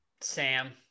Sam